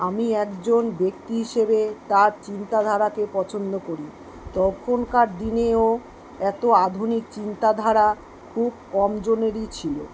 আমি একজন ব্যক্তি হিসেবে তার চিন্তাধারাকে পছন্দ করি তখনকার দিনেও এত আধুনিক চিন্তাধারা খুব কমজনেরই ছিলো